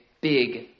Big